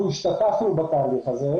אנחנו השתתפנו בתהליך הזה.